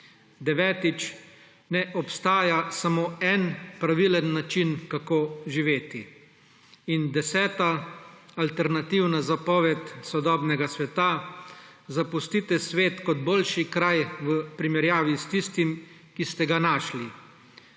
Devetič, ne obstaja samo en pravilen način, kako živeti. In deseta alternativna zapoved sodobnega sveta, zapustite svet kot boljši kraj v primerjavi s tistim, ki ste ga našli.